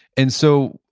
and so,